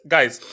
Guys